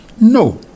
No